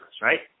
right